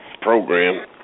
program